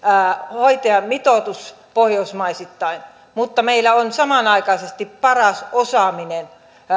hoitajamitoitus pohjoismaisittain mutta meillä on samanaikaisesti paras osaaminen